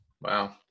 Wow